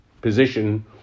position